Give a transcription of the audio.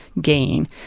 gain